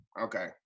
Okay